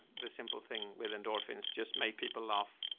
the simple thing with endorphins. just make people laugh,